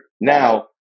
Now